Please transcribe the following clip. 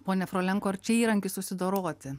ponia frolenko ar čia įrankis susidoroti